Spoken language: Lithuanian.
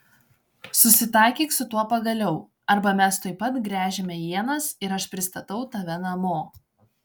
susitaikyk su tuo pagaliau arba mes tuoj pat gręžiame ienas ir aš pristatau tave namo